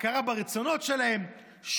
הכרה ברצונות שלהם,